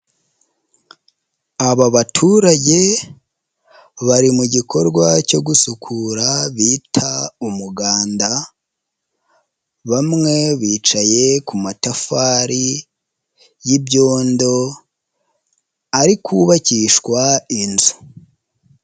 Aba baturage bari mu gikorwa cyo gusukura bita umuganda, bamwe bicaye ku matafari y'ibyondo arikubakishwa inzu.